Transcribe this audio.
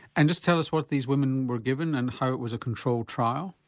and just tell us what these women were given and how it was a control trial?